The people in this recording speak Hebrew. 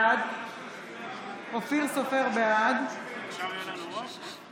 בעד אופיר סופר, בעד